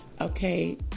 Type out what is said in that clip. Okay